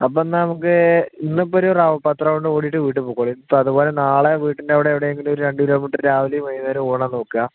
അപ്പം എന്നാൽ നമുക്ക് ഇന്നിപ്പോൾ ഒരു പത്ത് റൌണ്ട് ഓടിയിട്ട് വീട്ടിൽ പൊയ്ക്കോളൂ ഇപ്പോൾ അതുപോലെ നാളെ വീട്ടിൻ്റെ അവിടെ എവിടെയെങ്കിലും ഒരു രണ്ട് കിലോമീറ്റർ രാവിലെയും വൈകുന്നേരവും ഓടാൻ നോക്കുക